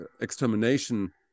extermination